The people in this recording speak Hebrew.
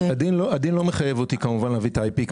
הדין לא מחייב אותי כמובן להביא את ה-IP.